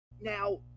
now